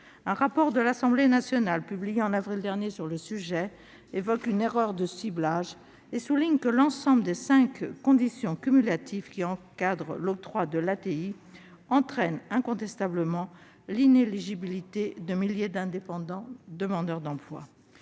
Un rapport de l'Assemblée nationale publié en avril dernier sur le sujet évoque une « erreur de ciblage » et souligne que le cumul des cinq conditions qui encadrent l'octroi de l'ATI entraîne incontestablement l'inéligibilité de milliers d'indépendants demandeurs d'emploi.